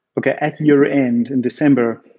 like ah at your end in december,